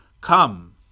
Come